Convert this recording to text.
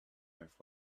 earth